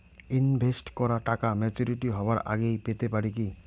Invest করা টাকা maturity হবার আগেই পেতে পারি কি?